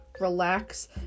relax